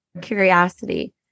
curiosity